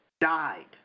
died